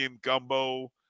gumbo